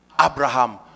Abraham